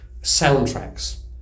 soundtracks